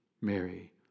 Mary